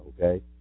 Okay